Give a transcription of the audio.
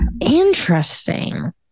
interesting